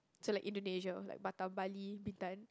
so like Indonesia like Batam Bali Bintan